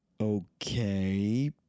Okay